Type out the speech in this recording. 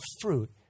fruit